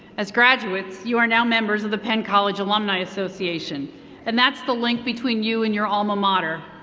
as graduates you are now members of the penn college alumni association and that's the link between you and your alma mater.